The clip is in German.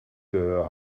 gehör